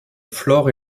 flore